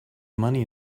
money